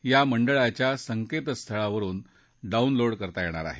या मंडळाच्या संकेतस्थळावरुन डाऊनलोड करता येणार आहे